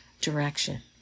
direction